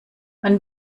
man